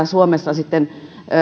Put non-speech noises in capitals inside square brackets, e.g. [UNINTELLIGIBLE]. [UNINTELLIGIBLE] suomessa sitten